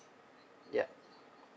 ya